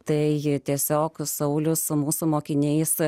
tai tiesiog saulius su mūsų mokiniais